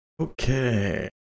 Okay